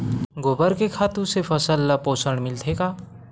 गोबर के खातु से फसल ल पोषण मिलथे का?